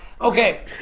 Okay